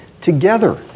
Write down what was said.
together